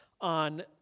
on